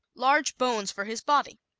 large bones for his body